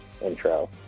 intro